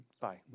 Bye